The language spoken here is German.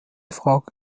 frage